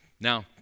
Now